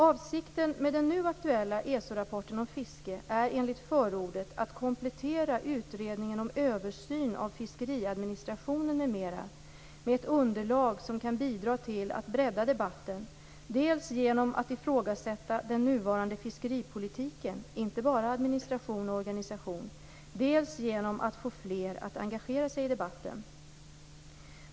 Avsikten med den nu aktuella ESO-rapporten om fiske är enligt förordet att komplettera utredningen om översyn av fiskeriadministrationen m.m. med ett underlag som kan bidra till att bredda debatten dels genom att ifrågasätta den nuvarande fiskeripolitiken - inte bara administration och organisation - dels genom att få fler att engagera sig i debatten.